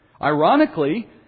Ironically